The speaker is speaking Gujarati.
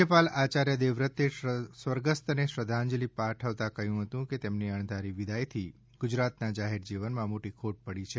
રાજયપાલ આચાર્ય દેવ વ્રતે સ્વર્ગસ્થને શ્રદ્ધાંજલી પાઠવતા કહ્યું છે કે તેમની અણધારી વિદાય થી ગુજરાત ના જાહેર જીવન માં મોટી ખોટ પડી છે